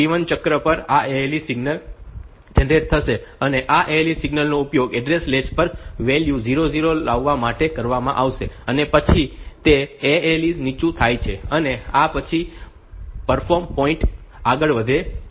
તેથી T1 ચક્ર પર આ ALE સિગ્નલ જનરેટ થશે અને આ ALE સિગ્નલનો ઉપયોગ એડ્રેસ લેચ પર વેલ્યુ 00 લગાવવા માટે કરવામાં આવશે અને પછી તે પછી ALE નીચું થાય છે અને આ પછી પરફોર્મ પોઈન્ટ આગળ વધે છે